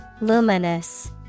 Luminous